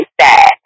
sad